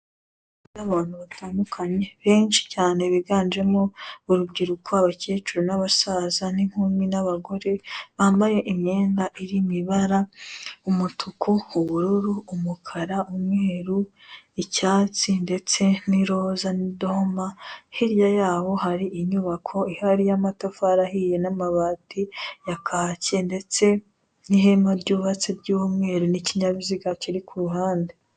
Bamwe mu bantu batandukanye benshi cyane biganjemo urubyiruko, abacyecuru n'abasaza n'inkumi n'abagore, bambaye imyenda iri mu ibara umutuku, ubururu, umukara, umweru, icyatsi ndetse n'iroza n'idoma, hirya yabo hari inyubako ihari y'amatafari ahiye n'amabati ya kaki, ndetse n'ihema ryubatse ry'umweru n'ikinyabiziga kiri ku ruhande.